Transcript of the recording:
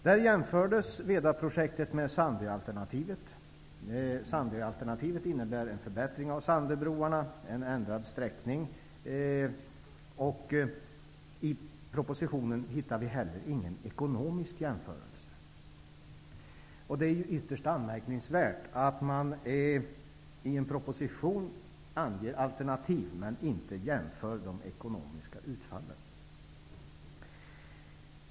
Där jämfördes Sandöalternativet innebär, med hjälp av en ändrad sträckning av vägen, en förbättring av I propositionen finns inte heller någon ekonomisk jämförelse. Det är ytterst anmärkningsvärt att i en proposition ange alternativ utan att jämföra de ekonomiska utfallen.